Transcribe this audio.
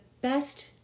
best